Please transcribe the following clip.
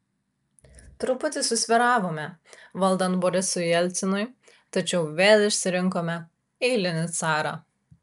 truputį susvyravome valdant borisui jelcinui tačiau vėl išsirinkome eilinį carą